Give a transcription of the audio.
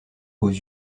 aux